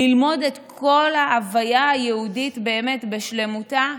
ללמוד את כל ההוויה היהודית באמת בשלמותה.